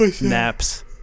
Naps